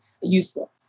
useful